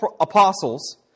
apostles